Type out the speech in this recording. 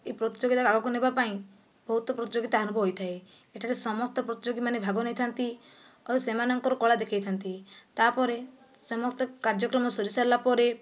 ଏହି ପ୍ରତିଯୋଗିତା ଆଗକୁ ନେବା ପାଇଁ ବହୁତ ପ୍ରତିଯୋଗିତା ଆରମ୍ଭ ହୋଇଥାଏ ଏଠାରେ ସମସ୍ତ ପ୍ରତିଯୋଗୀମାନେ ଭାଗ ନେଇଥାନ୍ତି ଆଉ ସେମାନଙ୍କର କଳା ଦେଖାଇଥାନ୍ତି ତା'ପରେ ସମସ୍ତ କାର୍ଯ୍ୟକ୍ରମ ସରିସାରିଲା ପରେ